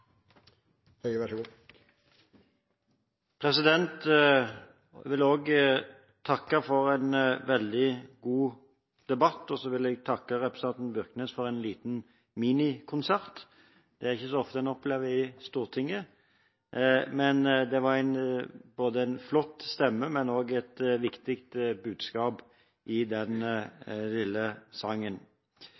ta debatten. Så tusen takk for debatten. Jeg vil òg takke for en veldig god debatt, og så vil jeg takke representanten Byrknes for en liten minikonsert. Det er ikke så ofte en opplever det i Stortinget. Det var en flott stemme, men det var òg et viktig budskap i den lille sangen.